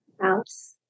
House